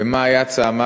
ומה היד שמה,